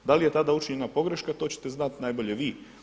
Da li je tada učinjena pogreška, to ćete znati najbolje vi.